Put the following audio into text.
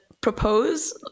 propose